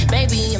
Baby